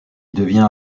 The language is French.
devient